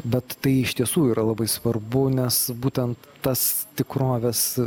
bet tai iš tiesų yra labai svarbu nes būtent tas tikrovės